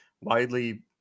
widely –